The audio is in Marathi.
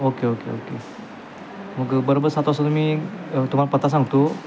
ओके ओके ओके मग बरोबर सात वाजता तुम्ही तुम्हाला पत्ता सांगतो